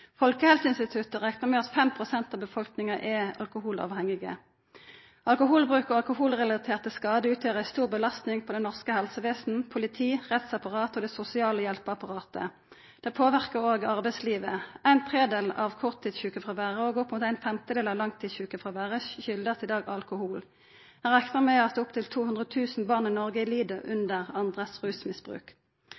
Folkehelseinstituttet reknar med at 5 pst. av befolkninga er alkoholavhengige. Alkoholbruk og alkoholrelaterte skadar utgjer ei stor belastning for det norske helsevesen, politi, rettsapparat og det sosiale hjelpeapparatet. Det påverkar også arbeidslivet. Ein tredel av korttidssjukefråværet og opp mot ein femtedel av langtidssjukefråværet kjem i dag av alkohol. Ein reknar med at opptil 200 000 barn i Noreg